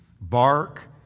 bark